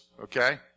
okay